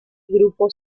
grupo